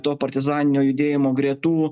to partizaninio judėjimo gretų